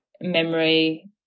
memory